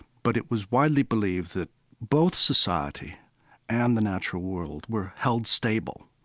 but it was widely believed that both society and the natural world were held stable,